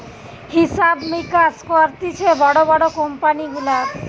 হিসাব মিকাস করতিছে বড় বড় কোম্পানি গুলার